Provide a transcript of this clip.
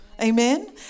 Amen